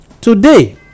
Today